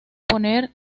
poner